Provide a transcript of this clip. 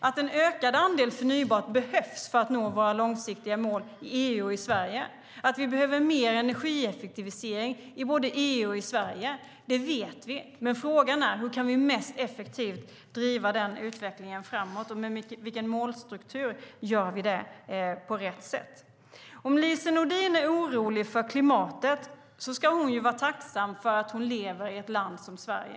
Att en ökad andel förnybart behövs för att nå våra långsiktiga mål i EU och i Sverige och att vi behöver mer energieffektivisering i både EU och i Sverige vet vi. Frågan är på vilket sätt vi kan driva den utvecklingen framåt mest effektivt. Med vilken målstruktur gör vi det på rätt sätt? Om Lise Nordin är orolig för klimatet ska hon vara tacksam för att leva i ett land som Sverige.